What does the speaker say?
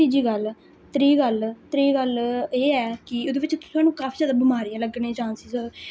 तिजी गल्ल त्री गल्ल त्री गल्ल एह् ऐ कि ओह्दे बिच्च थुआनूं बड़ी जैदा बमारियां लग्गने दे चांसिस